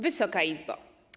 Wysoka Izbo!